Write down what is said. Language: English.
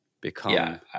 become